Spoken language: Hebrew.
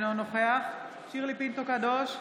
אינו נוכח שירלי פינטו קדוש,